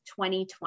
2020